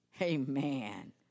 amen